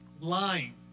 Lying